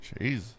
Jeez